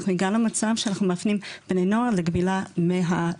אנחנו הגענו למצב שאנחנו מפנים בני נוער לגמילה מהסיגריות.